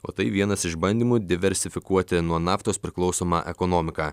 o tai vienas iš bandymų diversifikuoti nuo naftos priklausomą ekonomiką